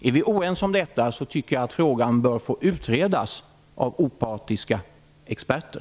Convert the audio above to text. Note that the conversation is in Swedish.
Är vi oense om detta, tycker jag att frågan bör få utredas av opartiska experter.